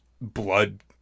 blood